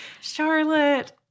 charlotte